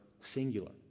singular